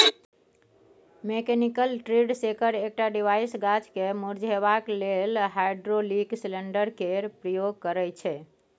mechanical tree shaker एकटा device गाछ केँ मुरझेबाक लेल हाइड्रोलिक सिलेंडर केर प्रयोग करय छै